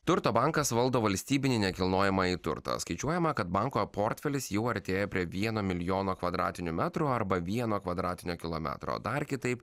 turto bankas valdo valstybinį nekilnojamąjį turtą skaičiuojama kad banko portfelis jau artėja prie vieno milijono kvadratinių metrų arba vieno kvadratinio kilometro dar kitaip